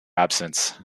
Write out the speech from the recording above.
absence